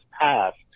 passed